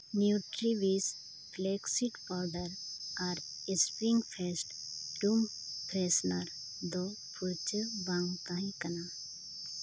ᱱᱤᱭᱩᱴᱨᱤᱵᱤᱥ ᱯᱷᱞᱮᱠᱥᱤᱥ ᱯᱟᱣᱰᱟᱨ ᱟᱨ spring face ᱴᱩ ᱯᱷᱨᱮᱥᱱᱟᱨ ᱫᱚ ᱯᱷᱩᱨᱪᱟᱹ ᱵᱟᱝ ᱛᱟᱦᱮᱸ ᱠᱟᱱᱟ